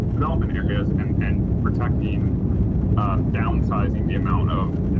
development areas and and protecting downsizing, the amount of.